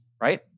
right